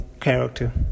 character